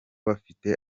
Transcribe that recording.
bafite